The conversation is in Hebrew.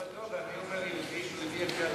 אבל אני אומר: יהודי שהוא יהודי לפי ההלכה,